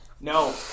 No